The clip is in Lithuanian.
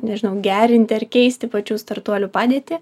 nežinau gerinti ar keisti pačių startuolių padėtį